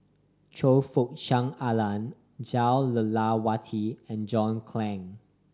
Choe Fook Cheong Alan Jah Lelawati and John Clang